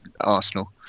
Arsenal